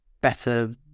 better